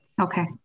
Okay